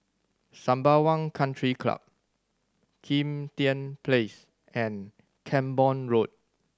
Sembawang Country Club Kim Tian Place and Camborne Road